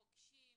פוגשים,